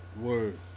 Word